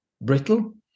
brittle